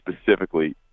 specifically